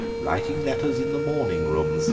writing letters in the morning-room, sir,